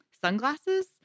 sunglasses